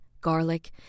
garlic